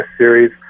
series